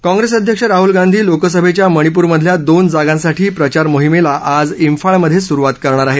काँप्रेस अध्यक्ष राहुल गांधी लोकसभेच्या माणिपूरमधल्या दोन जागांसाठी प्रचार मोहिमेला आज इंफाळ इथं सुरुवात करणार आहेत